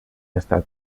estat